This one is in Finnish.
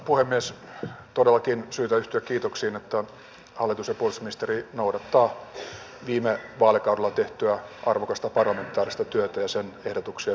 on todellakin syytä yhtyä kiitoksiin että hallitus ja puolustusministeri noudattavat viime vaalikaudella tehtyä arvokasta parlamentaarista työtä ja sen ehdotuksia viedään eteenpäin